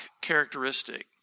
characteristic